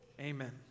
Amen